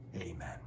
Amen